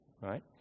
right